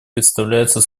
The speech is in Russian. представляется